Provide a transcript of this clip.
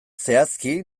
zehazki